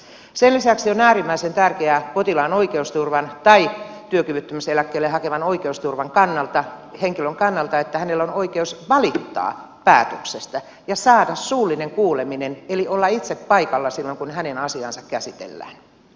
sen lisäksi on äärimmäisen tärkeää potilaan oikeusturvan tai työkyvyttömyyseläkkeelle hakevan henkilön oikeusturvan kannalta että hänellä on oi keus valittaa päätöksestä ja saada suullinen kuuleminen eli olla itse paikalla silloin kun hänen asiansa käsittelyä